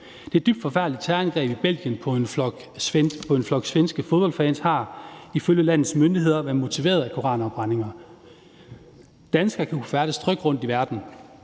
Det dybt forfærdelige terrorangreb i Belgien på en flok svenske fodboldfans har ifølge landets myndigheder været motiveret af koranafbrændinger. Danskere skal kunne færdes trygt rundtom i verden,